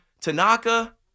Tanaka